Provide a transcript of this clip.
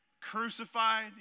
crucified